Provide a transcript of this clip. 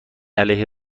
علیه